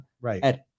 Right